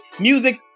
music